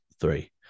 three